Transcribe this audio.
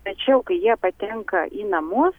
tačiau kai jie patenka į namus